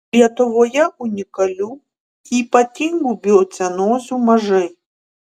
lietuvoje unikalių ypatingų biocenozių mažai